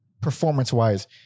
performance-wise